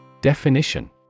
Definition